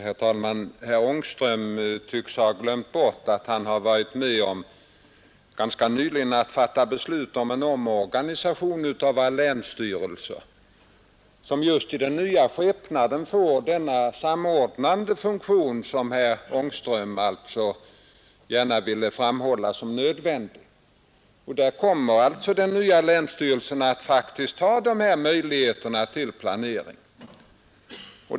Herr talman! Herr Ångström tycks ha glömt bort att han ganska nyligen varit med om att fatta beslut om en omorganisation av våra länsstyrelser, som i den nya skepnaden får just den samordnande funktion som herr Ångström framhöll som nödvändig. Den nya länsstyrelsen kommer alltså faktiskt att ha dessa möjligheter till planering.